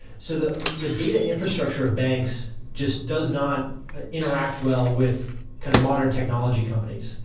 so the the data infrastructure of banks just does not interact well with kind of modern technology companies.